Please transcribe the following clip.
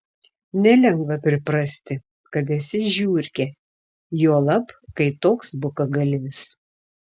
nelengva priprasti kad esi žiurkė juolab kai toks bukagalvis